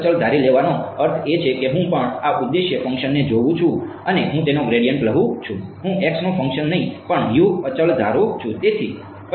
અચળ ધારી લેવાનો અર્થ એ છે કે હું પણ આ ઉદ્દેશ્ય ફંક્શનને જોઉં છું અને હું તેનો ગ્રેડિયન્ટ લઉં છું હું નું ફંક્શન નહીં પણ અચળ ધારું છું